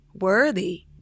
worthy